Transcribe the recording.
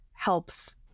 helps